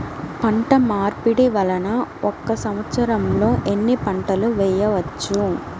పంటమార్పిడి వలన ఒక్క సంవత్సరంలో ఎన్ని పంటలు వేయవచ్చు?